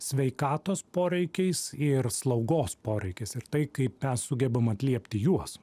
sveikatos poreikiais ir slaugos poreikis ir tai kaip mes sugebam atliepti juos